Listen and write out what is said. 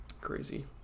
Crazy